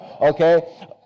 okay